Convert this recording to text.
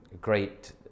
great